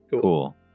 Cool